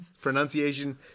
Pronunciation